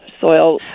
soil